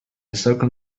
circle